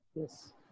Yes